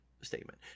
statement